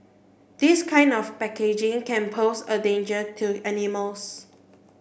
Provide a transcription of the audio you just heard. this kind of packaging can pose a danger to animals